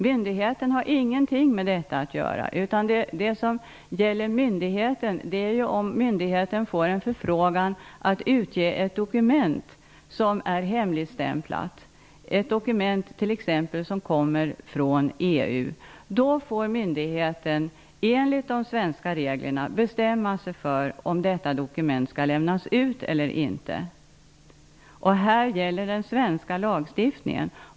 Myndigheten har ingenting med det att göra. Det som gäller myndigheten är när den får en förfrågan att utge ett hemligstämplat dokument som kommer från exempelvis EU. Då får myndigheten, enligt de svenska reglerna, bestämma sig för om efterfrågat dokument skall lämnas ut eller inte. I sådana fall gäller den svenska lagstiftningen.